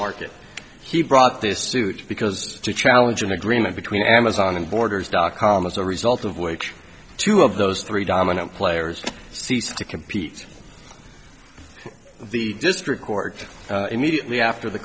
market he brought this suit because to challenge an agreement between amazon and borders dot com as a result of which two of those three dominant players ceased to compete in the district court immediately after the